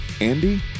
Andy